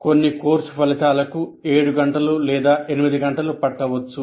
కొన్ని కోర్సు ఫలితాలకు 7 గంటలు లేదా 8 గంటలు పట్టవచ్చు